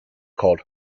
called